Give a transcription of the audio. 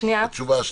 התשובה השנייה?